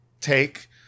take